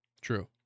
True